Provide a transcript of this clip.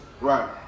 Right